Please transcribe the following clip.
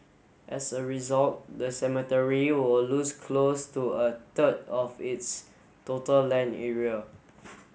as a result the cemetery will lose close to a third of its total land area